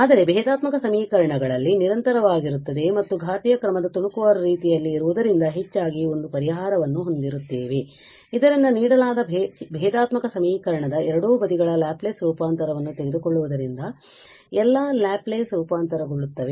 ಆದರೆ ಭೇದಾತ್ಮಕ ಸಮೀಕರಣಗಳಲ್ಲಿ ನಿರಂತರವಾಗಿರುತ್ತದೆ ಮತ್ತು ಘಾತೀಯ ಕ್ರಮದ ತುಣುಕುವಾರು ರೀತಿಯಲ್ಲಿ ಇರುವುದರಿಂದ ಹೆಚ್ಚಾಗಿ ಒಂದು ಪರಿಹಾರವನ್ನು ಹೊಂದಿರುತ್ತೇವೆ ಇದರಿಂದ ನೀಡಲಾದ ಭೇದಾತ್ಮಕ ಸಮೀಕರಣದ ಎರಡೂ ಬದಿಗಳ ಲ್ಯಾಪ್ಲೇಸ್ ರೂಪಾಂತರವನ್ನು ತೆಗೆದುಕೊಳ್ಳುವುದರಿಂದ ಎಲ್ಲಾ ಲ್ಯಾಪ್ಲೇಸ್ ರೂಪಾಂತರಗೊಳ್ಳುತ್ತವೆ